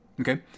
okay